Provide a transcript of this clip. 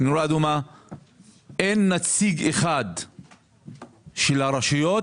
זה שאין נציג אחד של הרשויות